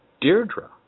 Deirdre